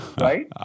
right